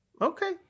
Okay